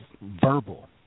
verbal